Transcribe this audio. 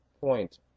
point